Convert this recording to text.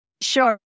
Sure